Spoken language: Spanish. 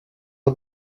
los